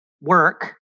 work